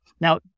Now